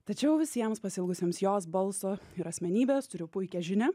tačiau visiems pasiilgusiems jos balso ir asmenybės turiu puikią žinią